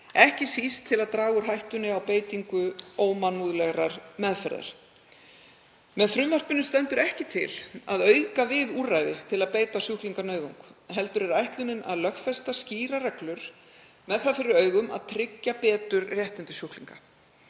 ekki síst til að draga úr hættunni á beitingu ómannúðlegrar meðferðar. Með frumvarpinu stendur ekki til að auka við úrræði til að beita sjúklinga nauðung heldur er ætlunin að lögfesta skýrar reglur með það fyrir augum að tryggja betur réttindi sjúklinga.